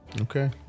okay